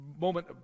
moment